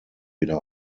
wieder